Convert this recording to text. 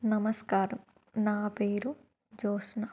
నమస్కారం నా పేరు జోత్స్న